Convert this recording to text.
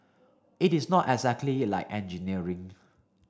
it is not exactly like engineering